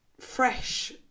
fresh